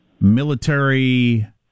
military